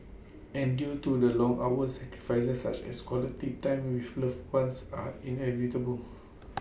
and due to the long hours sacrifices such as quality time with loved ones are inevitable